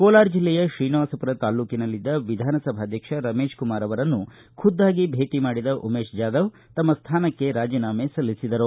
ಕೋಲಾರ ಜಲ್ಲೆಯ ಶ್ರೀನಿವಾಸಪುರ ತಾಲ್ಲೂಕಿನಲ್ಲಿದ್ದ ವಿಧಾನಸಭಾಧ್ಯಕ್ಷ ರಮೇಶ್ಕುಮಾರ್ ಅವರನ್ನು ಖುದ್ಗಾಗಿ ಭೇಟಿ ಮಾಡಿದ ಉಮೇಶ್ ಜಾದವ್ ತಮ್ಮ ಸ್ಥಾನಕ್ಕೆ ರಾಜೇನಾಮೆ ನೀಡಿದ್ದಾರೆ